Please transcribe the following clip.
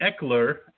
Eckler